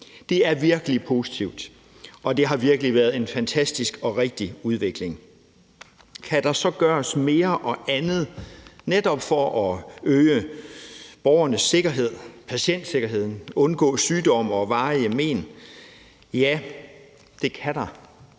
Det er virkelig positivt, og det har virkelig været en fantastisk og rigtig udvikling. Kan der så gøres mere og andet for netop at øge borgernes sikkerhed og patientsikkerheden og undgå sygdomme og varige men? Ja, det kan der.